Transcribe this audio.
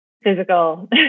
physical